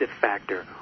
factor